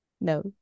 No